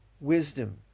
wisdom